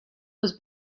was